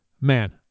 man